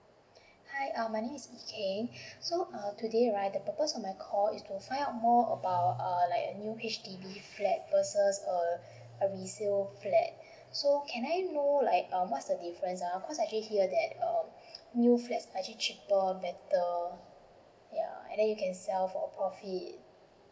hi uh my name is yee keng so um today right the purpose of my call is to find out more about err like a new H_D_B flat versus err a resale flat so can I know like um what's the difference ah cause actually hear that um new flats actually cheaper better ya and then you can sell for a profit